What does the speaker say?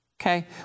Okay